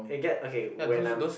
it get okay when I'm